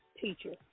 Teacher